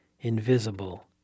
invisible